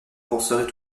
penserait